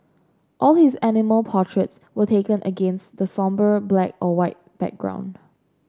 all his animal portraits were taken against the sombre black or white background